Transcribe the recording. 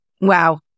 Wow